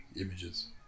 images